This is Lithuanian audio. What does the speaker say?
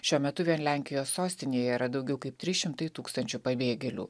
šiuo metu vien lenkijos sostinėje yra daugiau kaip trys šimtai tūkstančių pabėgėlių